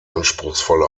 anspruchsvolle